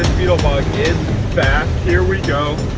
beetle bug is fast. here we go